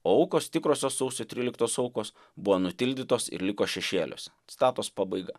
aukos tikrosios sausio tryliktos aukos buvo nutildytos ir liko šešėliuos citatos pabaiga